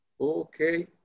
Okay